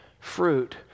fruit